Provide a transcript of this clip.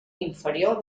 inferior